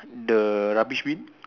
the rubbish bin